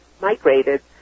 migrated